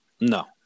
No